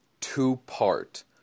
two-part